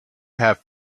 have